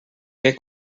què